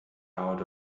out